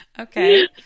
Okay